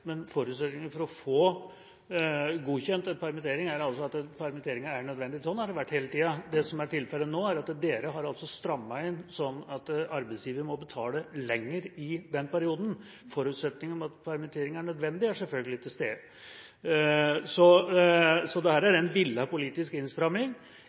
men forutsetningen for å få godkjent en permittering er at permitteringen er nødvendig. Sånn har det vært hele tida. Det som er tilfellet nå, er at denne regjeringa har strammet inn sånn at arbeidsgiver må betale lenger i den perioden. Forutsetningen om at permitteringen er nødvendig, er selvfølgelig til stede.